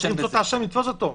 צריך לתפוס את האשם.